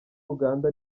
uganda